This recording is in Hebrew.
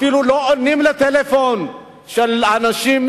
אפילו לא עונים לטלפון של אנשים,